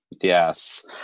Yes